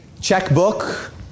checkbook